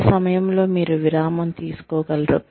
ఏ సమయంలో మీరు విరామం తీసుకోగలరు